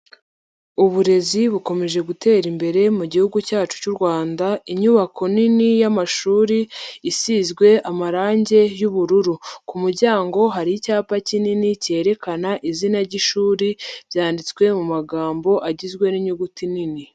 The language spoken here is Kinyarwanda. Uburezi bukomeje gutera imbere mugihugu cyacu cyu Rwanda. Inyubako nini y'amashuri isizwe amarangi yubururu. Ku muryango hari icyapa kinini cyerekana izina ry'ishuri, byanditswe mu magambo agizwe n'inyuguti nini.